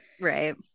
right